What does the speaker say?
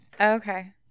Okay